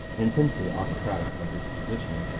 intensely autocratic by disposition,